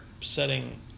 setting